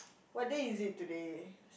what day is it today